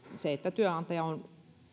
työnantajan